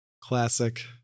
Classic